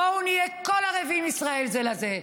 בואו נהיה כל ישראל ערבים זה לזה.